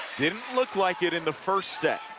didn't look like it in the first set,